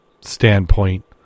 standpoint